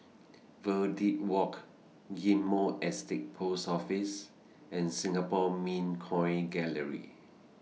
Verde Walk Ghim Moh Estate Post Office and Singapore Mint Coin Gallery